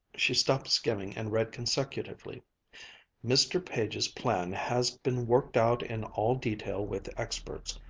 she stopped skimming and read consecutively mr. page's plan has been worked out in all detail with experts.